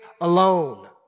alone